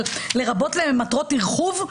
אבל לרבות למטרות ארכוב,